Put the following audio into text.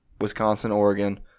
Wisconsin-Oregon